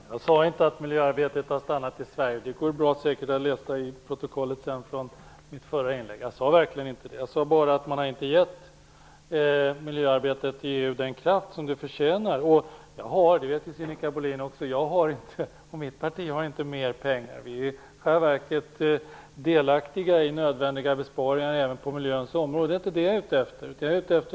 Fru talman! Jag sade inte att miljöarbetet har stannat i Sverige. Det går säkert bra att läsa i protokollet från mitt förra inlägg. Jag sade bara att man inte har gett miljöarbetet i EU den kraft som det förtjänar. Sinikka Bohlin vet att mitt parti inte har mer pengar; vi är i själva verket delaktiga i nödvändiga besparingar även på miljöns område. Det är inte det jag är ute efter.